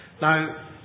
Now